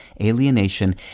alienation